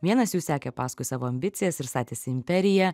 vienas jų sekė paskui savo ambicijas ir statėsi imperiją